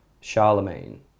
Charlemagne